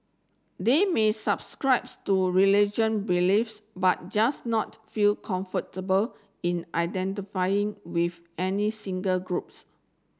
they may subscribes to religion beliefs but just not feel comfortable in identifying with any single groups